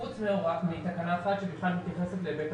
חוץ מתקנה אחת בהיבט הרישוי.